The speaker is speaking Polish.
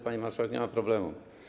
Pani marszałek, nie ma problemu.